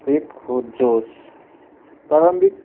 एक हो जोस प्रारम्भिक